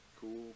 cool